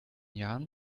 jahren